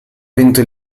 vinto